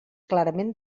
clarament